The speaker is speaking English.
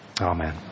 Amen